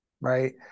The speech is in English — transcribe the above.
right